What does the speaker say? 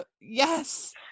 Yes